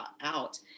out